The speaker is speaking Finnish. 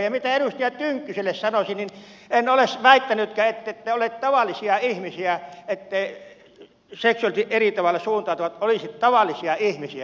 ja mitä edustaja tynkkyselle sanoisin niin en ole väittänytkään ettette ole tavallisia ihmisiä etteivät seksuaalisesti eri tavalla suuntautuvat olisi tavallisia ihmisiä